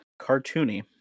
cartoony